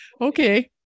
Okay